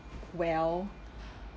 well